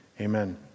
amen